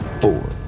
Four